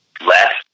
left